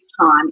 time